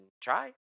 try